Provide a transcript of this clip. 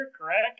correct